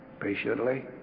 patiently